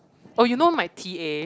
oh you know my t_a